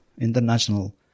international